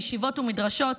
בישיבות ובמדרשות,